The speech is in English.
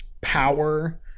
power